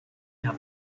herr